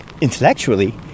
intellectually